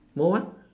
more what